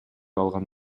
алган